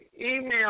email